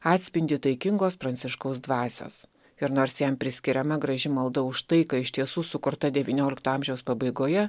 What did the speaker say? atspindį taikingos pranciškaus dvasios ir nors jam priskiriama graži malda už tai ką iš tiesų sukurta devyniolikto amžiaus pabaigoje